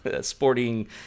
Sporting